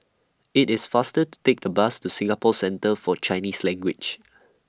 IT IS faster to Take The Bus to Singapore Centre For Chinese Language